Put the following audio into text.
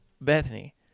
Bethany